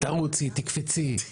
תקומי, תקפצי'.